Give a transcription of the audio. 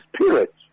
spirit